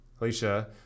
alicia